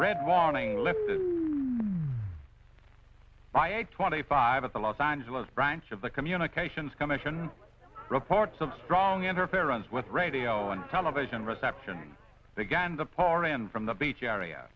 read warning by a twenty five at the los angeles branch of the communications commission report some strong interference with radio and television reception began the pour in from the beach area